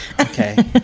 Okay